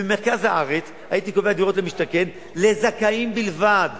ובמרכז הארץ הייתי קובע דירות למשתכן לזכאים בלבד,